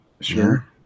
sure